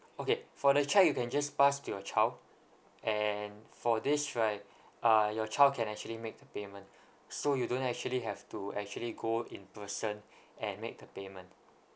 okay for the cheque you can just pass to your child and for this right uh your child can actually make the payment so you don't actually have to actually go in person and make the payment